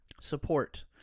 Support